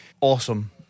awesome